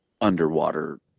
underwater